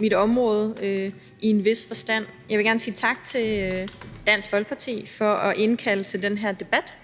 mit område i en vis forstand. Jeg vil gerne sige tak til Dansk Folkeparti for at indkalde til den her debat.